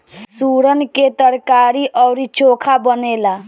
सुरन के तरकारी अउरी चोखा बनेला